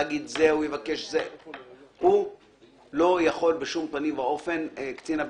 הוא לא יכול, בשום פנים ואופן, קצין הבטיחות,